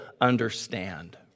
understand